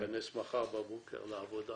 שייכנס מחר בבוקר לעבודה